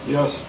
Yes